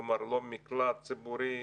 כלומר, לא מקלט ציבורי,